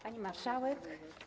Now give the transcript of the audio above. Pani Marszałek!